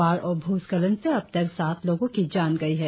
बाढ़ और भूस्खलन से अब तक सात लोगों की जान गई है